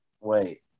Wait